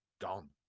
gone